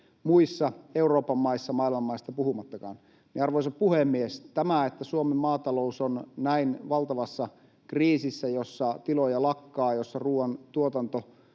muissa Euroopan maissa, maailman maista puhumattakaan. Arvoisa puhemies, se, että Suomen maatalous on näin valtavassa kriisissä, jossa tiloja lakkaa, jossa ruoantuotanto